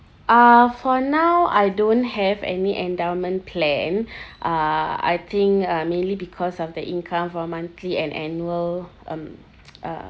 uh for now I don't have any endowment plan uh I think uh mainly because of the income for a monthly and annual um uh